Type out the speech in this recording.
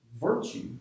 Virtue